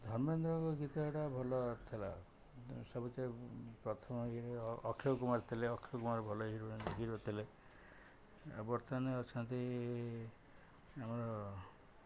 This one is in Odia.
ଧର୍ମେନ୍ଦ୍ରଙ୍କ ଗୀତ ଏଟା ଭଲ ଥିଲା ସବୁଠୁ ପ୍ରଥମ ଅକ୍ଷୟ କୁମାର ଥିଲେ ଅକ୍ଷୟ କୁମାର ଭଲ ହିରୋ ହିରୋ ଥିଲେ ଆଉ ବର୍ତ୍ତମାନ ଅଛନ୍ତି ଆମର